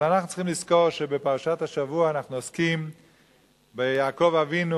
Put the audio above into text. אבל אנחנו צריכים לזכור שבפרשת השבוע אנחנו עוסקים ביעקב אבינו